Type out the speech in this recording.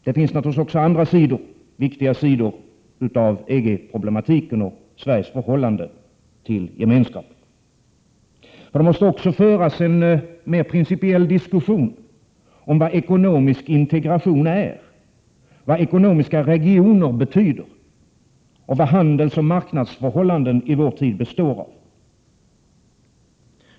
Det finns naturligtvis också andra viktiga sidor av EG problematiken och Sveriges förhållande till Gemenskapen. Det måste också föras en mer principiell diskussion om vad ekonomisk integration är, vad ekonomiska regioner betyder och vad handelsoch marknadsförhållanden i vår tid består av.